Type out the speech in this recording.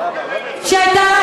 שהיתה,